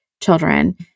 children